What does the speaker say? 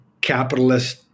capitalist